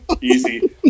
Easy